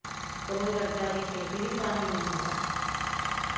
कमलगट्टा के खेती भी पानी में होला